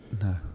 No